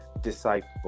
disciple